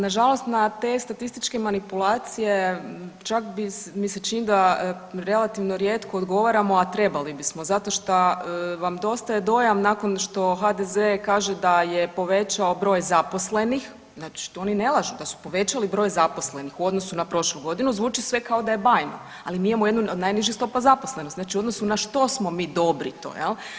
Da, nažalost na te statističke manipulacije čak mi se čini da relativno rijeko odgovaramo, a trebali bismo zato što vam dostaje dojam nakon što HDZ kaže da je povećao broj zaposlenih, znači tu oni ne lažu da su povećali broj zaposlenih u odnosu na prošlu godinu, zvuči sve kao da je bajno, ali mi imamo jednu od najnižih stopa zaposlenih, znači u odnosu na što smo mi dobri to jel.